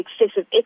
excessive